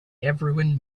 everyone